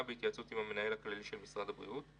בהתייעצות עם המנהל הכללי של משרד הבריאות,